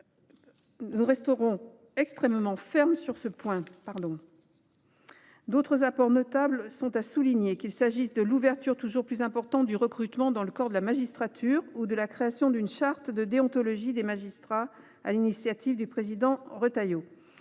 nous resterons, extrêmement fermes sur ce point. D’autres apports notables sont à souligner, qu’il s’agisse de l’ouverture toujours plus importante du recrutement dans le corps de la magistrature ou de la création d’une charte de déontologie des magistrats, sur l’initiative du président Retailleau.